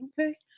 Okay